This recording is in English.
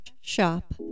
shop